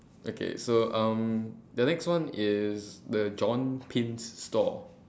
okay so um the next one is the john pins stall